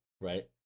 right